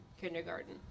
kindergarten